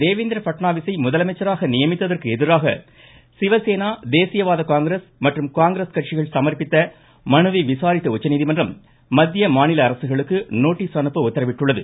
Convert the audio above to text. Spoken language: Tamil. தேவேந்திர பட்னாவிஸை முதலமைச்சராக நியமித்ததற்கு எதிராக சிவசேனா தேசியவாதகாங்கிரஸ் மற்றும் காங்கிரஸ் கட்சிகள் சமா்ப்பித்த மனுவை விசாரித்த உச்சநீதிமன்றம் மத்திய மாநில அரசுகளுக்கு நோட்டீஸ் அனுப்ப உத்தரவிட்டுள்ளது